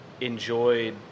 enjoyed